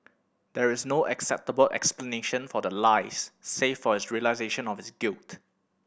there is no acceptable explanation for the lies save for his realisation of his guilt